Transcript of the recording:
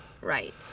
right